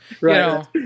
Right